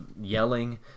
yelling